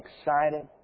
excited